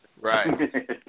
Right